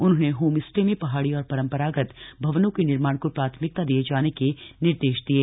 उन्होंने home stay में पहाड़ी और परंपरागत भवनों के निर्माण को प्राथमिकता दिए जाने के निर्देश दिये